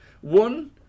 One